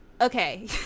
okay